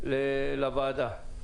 לוועדה.